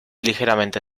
ligeramente